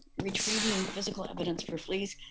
retrieving physical evidence for fleas,